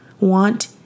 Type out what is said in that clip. want